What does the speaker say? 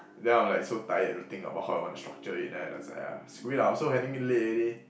then I'll be like so tired to think about how I want to structure it then I it's like !aiya! screw it lah I also handing it late already